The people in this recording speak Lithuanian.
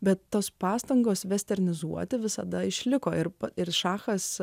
bet tos pastangos vesternizuoti visada išliko ir ir šachas